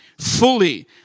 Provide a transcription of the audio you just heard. fully